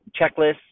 checklists